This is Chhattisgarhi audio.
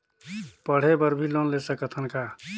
पढ़े बर भी लोन ले सकत हन का?